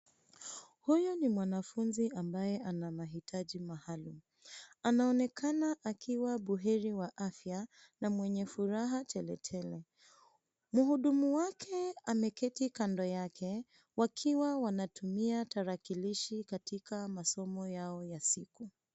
Huyu ni mwanafunzi ambaye ana mahitaji maalumu. Anaonekana akiwa buheri wa afya, na mwenye furaha teletele. Mhudumu wake ameketi kando yake, wakiwa wanatumia tarakilishi katika masomo yao ya siku.